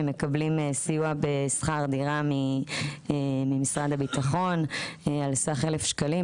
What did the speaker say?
הם מקבלים סיוע בשכר דירה ממשרד הביטחון על סך 1,000 שקלים,